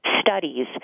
studies